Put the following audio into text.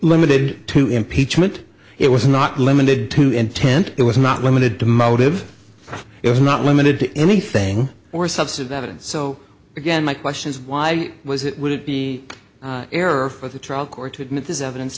limited to impeachment it was not limited to intent it was not limited to motive it was not limited to anything or substance that and so again my question is why was it would it be an error for the trial court to admit this evidence